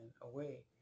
away